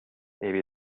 maybe